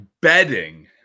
bedding